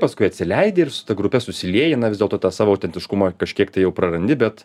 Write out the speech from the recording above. paskui atsileidi ir su ta grupe susilieji na vis dėlto tą savo autentiškumą kažkiek tai jau prarandi bet